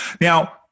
Now